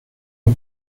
los